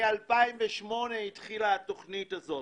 מ-2008 התחילה התכנית הזאת.